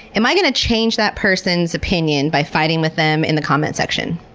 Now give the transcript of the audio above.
am i going to change that person's opinion by fighting with them in the comment section?